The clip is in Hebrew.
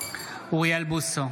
אוריאל בוסו,